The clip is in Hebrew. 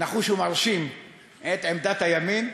נחוש ומרשים את עמדת הימין.